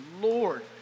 Lord